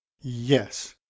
yes